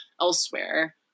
elsewhere